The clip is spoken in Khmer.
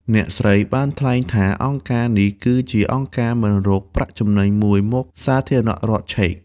អ្នកស្រីបានថ្លែងថា អង្គការនេះគឺជាអង្គការមិនរកប្រាក់ចំណេញមួយមកពីសាធារណរដ្ឋឆែក។